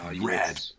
red